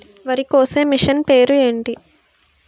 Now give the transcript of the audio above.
వరి కోసే మిషన్ పేరు ఏంటి